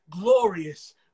glorious